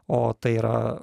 o tai yra